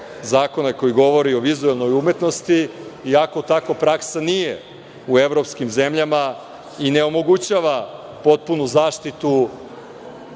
zakona koji govori o vizuelnoj umetnosti, iako takva praksa nije u evropskim zemljama i ne omogućava potpunu zaštitu